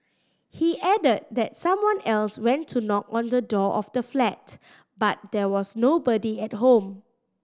he added that someone else went to knock on the door of the flat but there was nobody at home